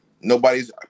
Nobody's